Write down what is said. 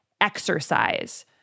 exercise